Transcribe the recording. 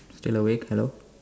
still awake hello